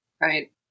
Right